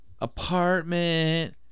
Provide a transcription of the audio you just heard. apartment